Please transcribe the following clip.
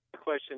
question